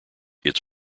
its